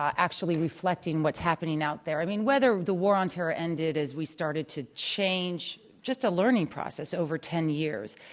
actually reflecting what's happening out there. i mean, whether the war on terror ended as we started to change, it's just a learning process over ten years,